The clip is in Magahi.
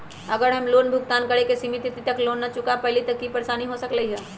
अगर हम लोन भुगतान करे के सिमित तिथि तक लोन न चुका पईली त की की परेशानी हो सकलई ह?